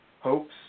hopes